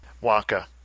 Waka